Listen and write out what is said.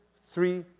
three,